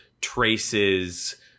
traces